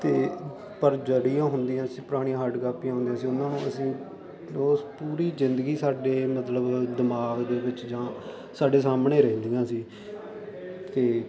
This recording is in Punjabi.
ਅਤੇ ਪਰ ਜਿਹੜੀਆਂ ਹੁੰਦੀਆਂ ਸੀ ਪੁਰਾਣੀਆਂ ਹਾਰਡ ਕਾਪੀਆਂ ਹੁੰਦੀਆਂ ਸੀ ਉਹਨਾਂ ਨੂੰ ਅਸੀਂ ਉਸ ਪੂਰੀ ਜ਼ਿੰਦਗੀ ਸਾਡੇ ਮਤਲਬ ਦਿਮਾਗ ਦੇ ਵਿੱਚ ਜਾਂ ਸਾਡੇ ਸਾਹਮਣੇ ਰਹਿੰਦੀਆਂ ਸੀ ਅਤੇ